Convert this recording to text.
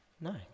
No